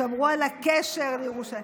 שמרו על הקשר לירושלים.